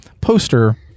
poster